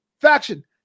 Faction